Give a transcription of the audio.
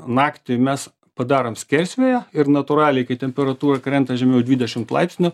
naktį mes padarom skersvėją ir natūraliai kai temperatūra krenta žemiau dvidešimt laipsnių